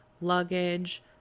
luggage